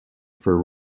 for